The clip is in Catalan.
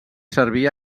servir